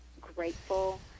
grateful